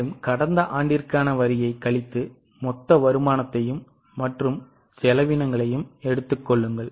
அதாவது கடந்த ஆண்டிற்கான வரியை கழித்து மொத்த வருமானத்தையும் மற்றும் செலவினங்களையும் எடுத்துக் கொள்ளுங்கள்